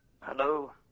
Hello